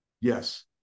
Yes